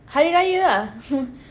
hari raya ah hmm